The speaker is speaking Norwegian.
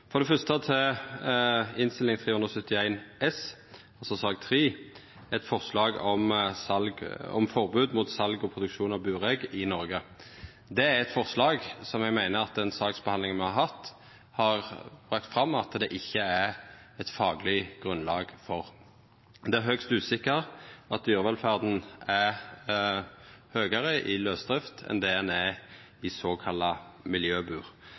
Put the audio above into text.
til Innst. 371 S, altså sak nr. 3, eit forslag om forbod mot sal og produksjon av buregg i Noreg: Det er eit forslag som eg meiner at den saksbehandlinga me har hatt, har brakt fram at det ikkje er eit fagleg grunnlag for. Det er høgst usikkert at dyrevelferda er høgare i lausdrift enn det ho er i såkalla miljøbur,